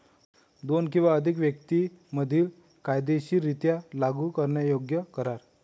दोन किंवा अधिक व्यक्तीं मधील कायदेशीररित्या लागू करण्यायोग्य करार